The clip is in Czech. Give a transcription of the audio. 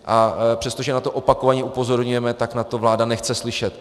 A přestože na to opakovaně upozorňujeme, tak na to vláda nechce slyšet.